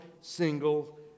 single